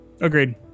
agreed